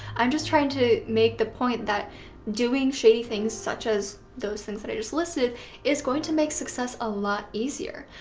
i'm just trying to make the point that doing shady things such as those things that i just listed is going to make success a lot easier.